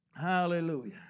Hallelujah